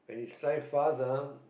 strive fast ah